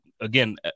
again